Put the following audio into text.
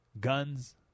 guns